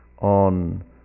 on